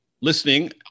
listening